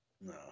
No